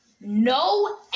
no